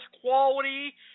quality